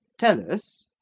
tell us,